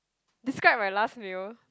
describe my last meal